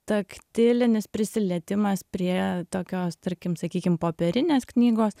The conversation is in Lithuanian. taktilinis prisilietimas prie tokios tarkim sakykim popierinės knygos